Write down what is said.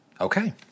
Okay